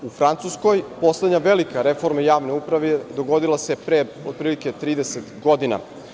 U Francuskoj se poslednja velika reforma javne uprave dogodila pre otprilike 30 godina.